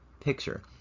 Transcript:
picture